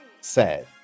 sad